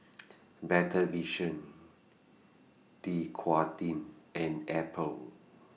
Better Vision Dequadin and Apple